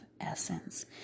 essence